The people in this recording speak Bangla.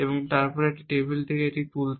তারপর আপনাকে টেবিল থেকে একটি তুলতে হবে